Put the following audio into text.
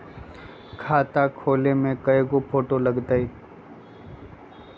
खाता खोले में कइगो फ़ोटो लगतै?